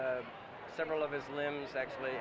several of his limbs actually